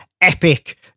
epic